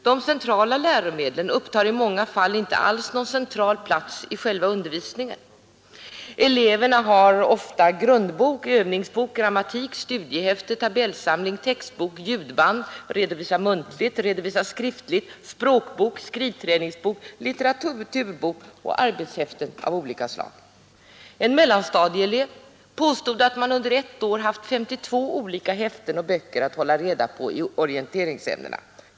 De centrala läromedlen upptar i många fall inte alls någon central plats i själva undervisningen. Eleverna har ofta grundbok, övningsbok, grammatik, studiehäfte, tabellsamling, textbok, ljudband, redovisa muntligt, redovisa skriftligt, språkbok, skrivträningsbok, litteraturbok och arbetshäften av olika slag. En mellanstadieelev påstod att man under ett år haft 52 olika häften och böcker att hålla reda på i orienteringsämnen.